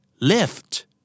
Lift